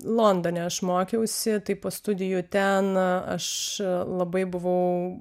londone aš mokiausi tai po studijų ten aš labai buvau